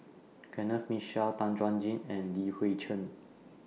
Kenneth Mitchell Tan Chuan Jin and Li Hui Cheng